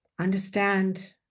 Understand